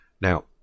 Now